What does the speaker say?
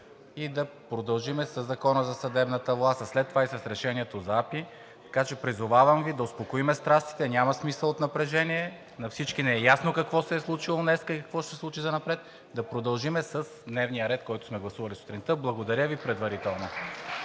и да продължим със Закона за съдебната власт, а след това и с решението за АПИ. Така че призовавам Ви да успокоим страстите, няма смисъл от напрежение, на всички ни е ясно какво се е случило днес и какво ще се случи занапред, да продължим с дневния ред, който сме гласували сутринта. Благодаря Ви предварително.